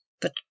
But